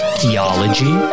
theology